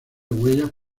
huellas